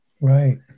Right